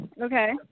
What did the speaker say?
Okay